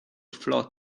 float